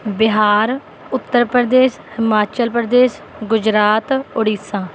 Bihar Uttar Pradesh Himachal Pradesh Gujarat Orissa